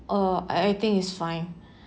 uh I think it's fine